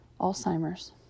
Alzheimer's